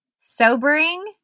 Sobering